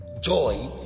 joy